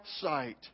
sight